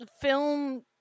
film